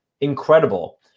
Incredible